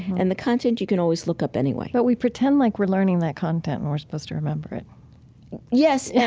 and the content you can always look up anyway but we pretend like we're learning that content and we're supposed to remember it yes. yeah